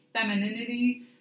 femininity